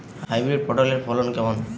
Hybrid পটলের ফলন কেমন?